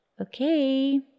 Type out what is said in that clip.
Okay